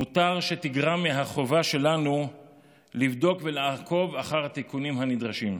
מותר שתגרע מהחובה שלנו לבדוק ולעקוב אחר התיקונים הנדרשים.